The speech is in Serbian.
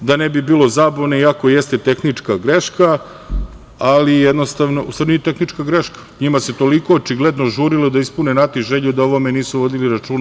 Da ne bi bilo zabune, i jako jeste tehnička greška, u stvari nije tehnička greška, njima se toliko očigledno žurilo da i ispune Nati želju da o ovome nisu vodili računa.